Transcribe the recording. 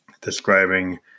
describing